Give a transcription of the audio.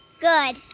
Good